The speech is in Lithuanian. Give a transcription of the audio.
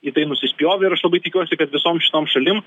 į tai nusispjovė ir aš labai tikiuosi kad visom šitom šalim